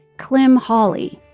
klym hawley,